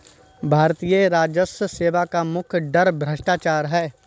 भारतीय राजस्व सेवा का मुख्य डर भ्रष्टाचार है